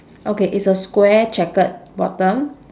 okay it's a square checkered bottom